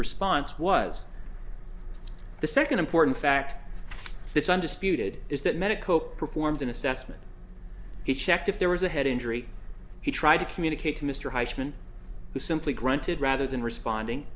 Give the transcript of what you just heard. response was the second important fact that's undisputed is that medico performed an assessment he checked if there was a head injury he tried to communicate to mr huysman who simply grunted rather than responding